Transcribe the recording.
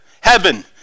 Heaven